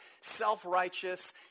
self-righteous